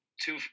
Two